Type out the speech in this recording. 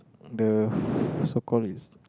the so called is